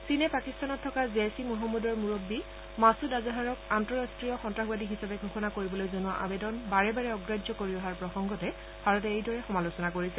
চীনে পাকিস্তানত থকা জেইছ ই মহম্মদৰ মূৰববী মাছূদ আজহাৰক আন্তঃৰস্তীয় সন্তাসবাদী হিচাপে ঘোষণা কৰিবলৈ জনোৱা আবেদন বাৰে বাৰে অগ্ৰাহ্য কৰি অহাৰ প্ৰসংগতে ভাৰতে এইদৰে সমালোচনা কৰিছে